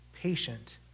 patient